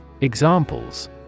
Examples